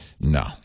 no